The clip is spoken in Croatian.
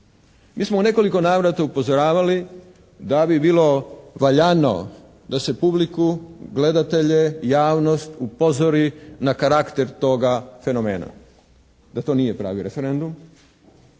Mi smo u nekoliko navrata upozoravali da bi bilo valjano da se publiku, gledatelje, javnost upozori na karakter toga fenomena, da to nije pravi referendum,